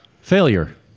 Failure